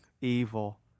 evil